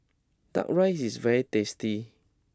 Duck Rice is very tasty